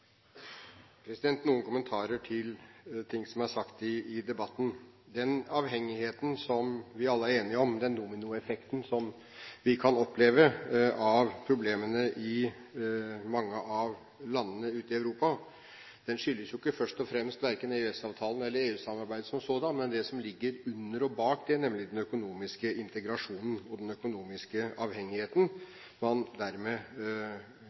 sagt i debatten. Den avhengigheten som vi alle er enige om – den dominoeffekten som vi kan oppleve av problemene i mange av landene ute i Europa – skyldes ikke først og fremst EØS-avtalen, eller EU-samarbeidet som sådant, men det som ligger under og bak det, nemlig den økonomiske integrasjonen og den økonomiske avhengigheten man dermed